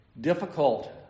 difficult